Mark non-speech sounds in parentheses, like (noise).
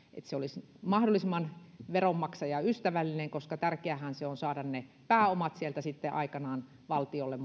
se olisi mahdollisimman veronmaksajaystävällinen koska tärkeäähän on saada ne pääomat sieltä sitten aikanaan valtiolle (unintelligible)